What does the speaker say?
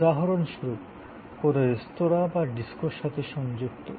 উদাহরণস্বরূপ কোনও রেস্তোঁরা যা ডিস্কোর সাথে সংযুক্ত